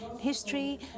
history